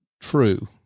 true